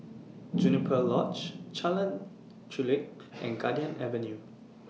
Juniper Lodge Jalan Chulek and Garden Avenue